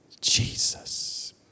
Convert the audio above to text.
Jesus